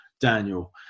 Daniel